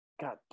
god